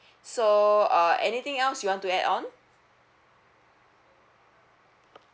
so uh anything else you want to add on